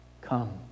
Come